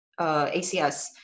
ACS